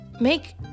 Make